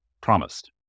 promised